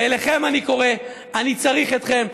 ואליכם אני קורא: אני צריך אתכם.